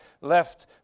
left